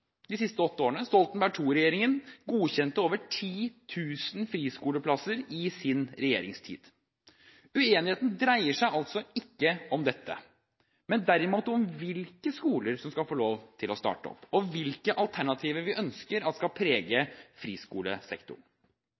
de siste åtte årene. Stoltenberg II-regjeringen godkjente over 10 000 friskoleplasser i sin regjeringstid. Uenigheten dreier seg altså ikke om dette, men derimot om hvilke skoler som skal få lov til å starte opp, og hvilke alternativer vi ønsker skal prege friskolesektoren.